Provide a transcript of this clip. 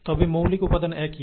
তবে সবগুলোর মৌলিক উপাদান একই